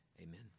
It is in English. amen